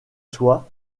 soit